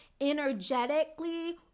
energetically